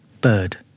bird